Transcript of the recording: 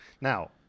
Now